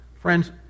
Friends